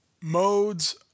modes